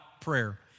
prayer